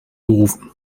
gerufen